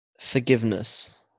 forgiveness